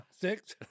Six